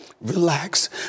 relax